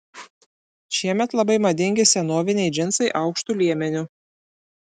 šiemet labai madingi senoviniai džinsai aukštu liemeniu